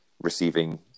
receiving